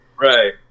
Right